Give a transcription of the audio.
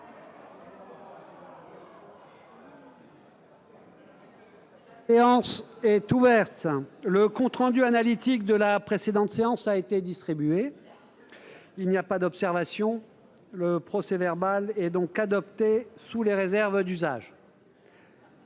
La séance est ouverte. Le compte rendu analytique de la précédente séance a été distribué. Il n'y a pas d'observation ?... Le procès-verbal est adopté sous les réserves d'usage.